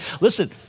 Listen